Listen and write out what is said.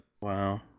Wow